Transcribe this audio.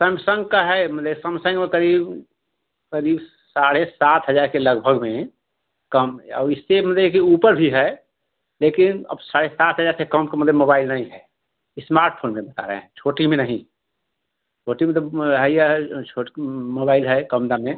Samsung का है मतलब सैमसंग में करीब करीब साढ़े सात हजार के लगभग में कम और इससे मतलब कि ऊपर भी है लेकिन अब साढ़े सात हजार से कम का मतलब मोबाइल नहीं है इस्मार्ट फोन में बता रहे हैं छोटी में नहीं छोटी में तो है ही है छोटकी मोबाइल है कम दाम में